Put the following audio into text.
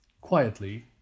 Quietly